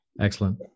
Excellent